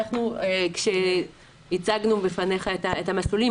כשאנחנו הצגנו בפניך את המסלולים,